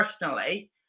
personally